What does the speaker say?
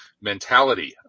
mentality